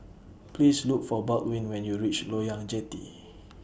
Please Look For Baldwin when YOU REACH Loyang Jetty